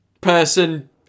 person